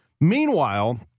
Meanwhile